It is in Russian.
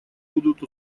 будут